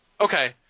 Okay